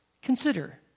Consider